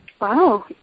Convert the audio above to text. Wow